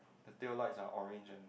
the taillights are orange and